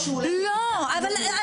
או שהוא הולך לכיתת חינוך מיוחד --- לא,